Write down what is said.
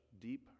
deep